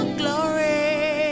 glory